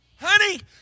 Honey